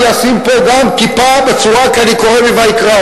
אני אשים פה גם כיפה כי אני קורא מויקרא.